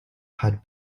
had